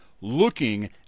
looking